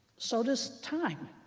so does time.